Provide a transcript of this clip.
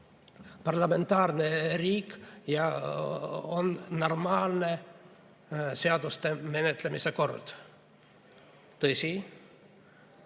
parlamentaarne riik ja on normaalne seaduste menetlemise kord. Tõsi,